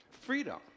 Freedom